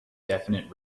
definite